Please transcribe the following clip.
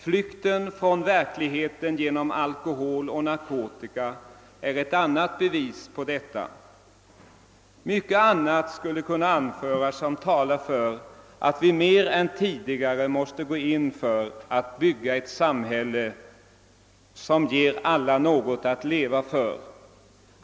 Flykten från verkligheten genom alkohol och narkotika är ett annat bevis på detta. Mycket annat skulle kunna anföras som talar för att vi mer än tidigare måste gå in för att bygga ett samhälle som ger alla något att leva för.